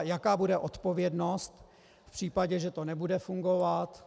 A jaká bude odpovědnost v případě, že to nebude fungovat.